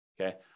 Okay